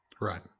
Right